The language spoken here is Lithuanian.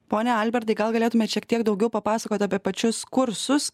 pone albertai gal galėtumėt šiek tiek daugiau papasakot apie pačius kursus